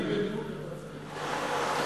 למרות שאני במיעוט,